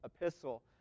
epistle